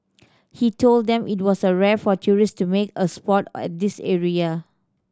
he told them it was a rare for tourists to make a spot at this area